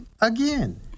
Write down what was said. again